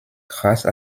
grâce